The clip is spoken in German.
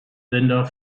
sender